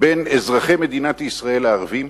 בין אזרחי מדינת ישראל הערבים